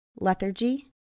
lethargy